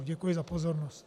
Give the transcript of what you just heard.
Děkuji za pozornost.